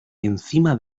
encima